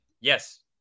yes